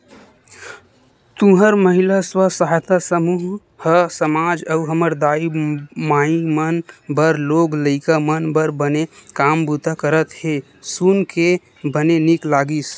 तुंहर महिला स्व सहायता समूह ह समाज अउ हमर दाई माई मन बर लोग लइका मन बर बने काम बूता करत हे सुन के बने नीक लगिस